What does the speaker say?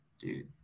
Dude